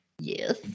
yes